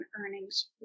earnings